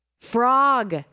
frog